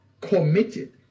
committed